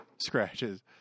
scratches